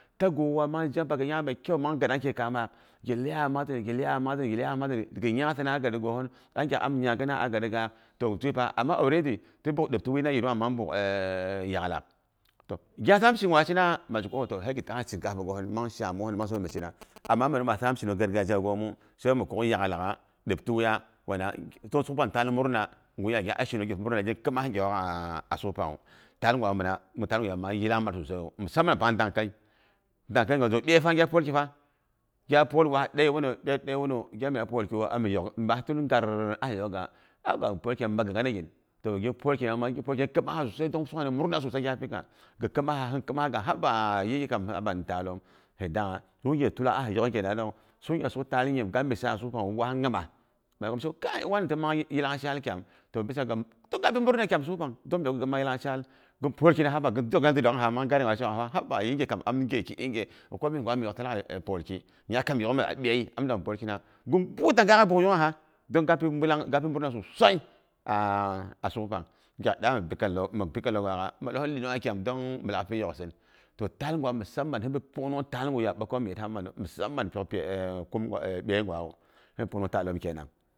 Tag'uwa mang zhampa ghi nyangha mai kyan mang gaɗangki kaamaak. Ghi iyaya mato ghi iyaya matari, ghi nyangtana gari gohin agyak ami nyangina a garigaak. To tuyi pa, toh amma already ti pyok ɗoptiwu na mang buuk e yaklak. Toh, gya saam shi gwa shina? Mazheko o'o toh, he ghi takhin shinkapa gohin mang shaa mohin mang sauwohin mi shina. Amma mengwuna ma saam shi nung gargajiyagomu, sai mi kuk yaklagha, ɗiptiwuya wana. So sukpang ni taal murna ngwu ya gya'a shinun ghi pi murna gin khima gya'ogha'a- a sukpangwu. Taal ngwa mina taal guya ma yilangmal susai yu misaman pang dangkai, dankai gwa zuu əyet fa nigya pwolki fa. Gya pwol waa d eiwunu, əyet dei wunu. Gyabina pwolkiwu ami yok, maa tul ngaal a hi yok ga a'ko ghi pwolkina min mak gangana gin. Toh gin pwolkina gina pwolkina nin kamasa sosai dong sak pang ni murna sosai nigya pika. Ghi khimaha hin khimaga haba, yin ghe kam kam haba ni taalom gidang gha. Yuk ngye tula a hi yok gyena ɗong. Sughe suk taal pangwu, gabi sa'a wu waa nyima. Ma ngwa ma sheko kai wani timang yilang shaal kyam toh bisa ga, toh ga pi murna kyam sukpang donko ghinmang yilangshall, gin pwolkina haba yinghe kam am ngheki inghe ghi kwa mi ngwa mi yokti laghai pwolki nyaamkam miyok'ghnle a əyei am dang mi pwolkinaha gin bugur tang kaiya bugurungha don ga pin murna su sai a'a suk pang. Gyak daiya minpi kalo min pi kalo min ghakha. Malohin linungha kyaam dong milaak pi yoksin. Toh taal gwa mu saman, hinbi pungnung taal guya, əakayom mi yirsa malu. Musaman pyok pi e kam e əyei gwawu. Hinbi pungnung yaaloom kenan